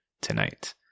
tonight